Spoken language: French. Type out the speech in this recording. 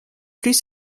plus